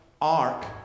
arc